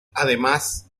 además